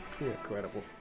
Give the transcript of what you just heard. Incredible